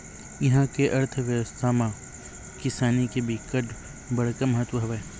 इहा के अर्थबेवस्था म किसानी के बिकट बड़का महत्ता हवय